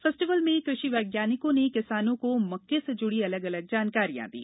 festival में कृषि वैज्ञानिकों ने किसानों को मक्का से जुड़ी जानकारी दी